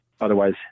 otherwise